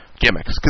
gimmicks